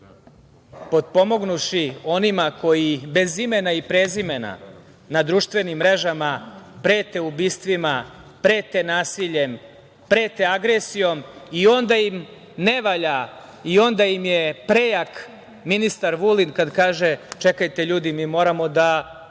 potpomognuvši onima koji bez imena i prezimena na društvenim mrežama prete ubistvima, prete nasiljem, prete agresijom i onda im ne valja i onda im je prejak ministar Vulin kad kaže – čekajte ljudi, kao